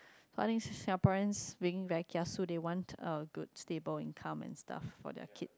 so I think Singaporeans being very kiasu they want a good stable income and stuff for their kid